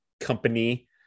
company